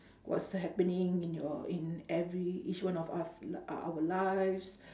what's happening in your in every each one of of o~ our lives